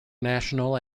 national